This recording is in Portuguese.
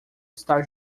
está